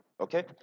Okay